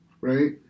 right